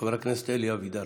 חבר הכנסת אלי אבידר,